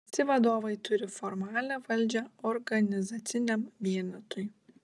visi vadovai turi formalią valdžią organizaciniam vienetui